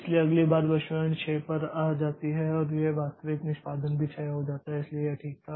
इसलिए अगली बार भविष्यवाणी 6 पर आ जाती है और यह वास्तविक निष्पादन भी 6 हो जाता है इसलिए यह ठीक था